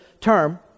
term